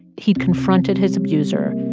he'd confronted his abuser.